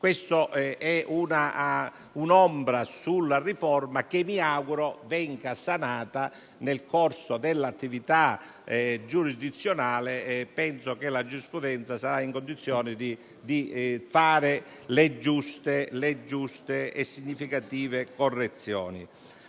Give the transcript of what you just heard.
una un'ombra sulla riforma che mi auguro venga sanata nel corso dell'attività giurisdizionale e penso che la giurisprudenza sarà in condizioni di apportare le giuste e significative correzioni.